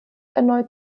erneut